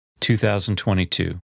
2022